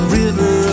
river